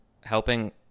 helping